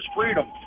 freedom